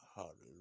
Hallelujah